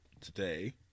Today